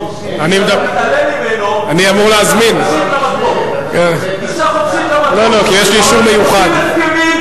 שנדע בדיוק מה קרה שם ונוכל להבין ולמנוע אירועים כאלה בעתיד.